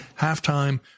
Halftime